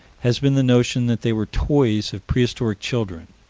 has been the notion that they were toys of prehistoric children.